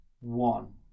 one